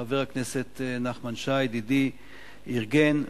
שחבר הכנסת נחמן שי ידידי ארגן,